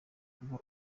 kuba